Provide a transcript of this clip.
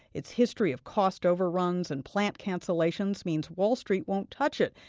its history of cost overruns and plant cancellations means wall street won't touch it.